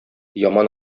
яман